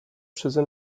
przeze